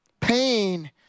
Pain